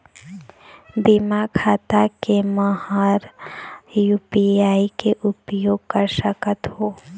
बिना खाता के म हर यू.पी.आई के उपयोग कर सकत हो?